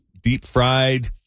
deep-fried